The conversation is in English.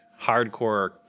hardcore